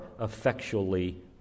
effectually